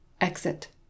Exit